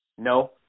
no